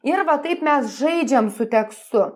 ir va taip mes žaidžiam su tekstu